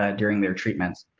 ah during their treatments.